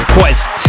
Quest